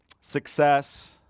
success